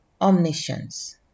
omniscience